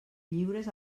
lliures